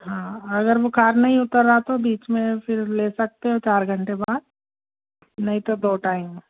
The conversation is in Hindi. हाँ अगर बुखार नहीं उतरा तो बीच में फिर ले सकते हो चार घंटे बाद नहीं तो दो टाइम